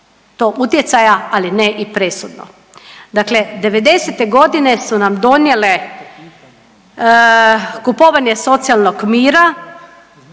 to utjecaja, ali ne i presudno. Dakle, '90. godine su nam donijele kupovanje socijalnog mira